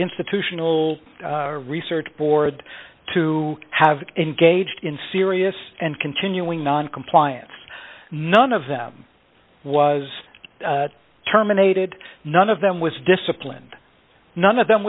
institutional research board to have engaged in serious and continuing noncompliance none of them was terminated none of them was disciplined none of them